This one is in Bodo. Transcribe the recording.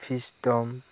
फिसडम